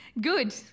Good